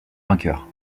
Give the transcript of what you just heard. vainqueur